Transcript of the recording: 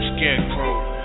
Scarecrow